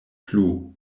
plu